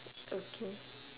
okay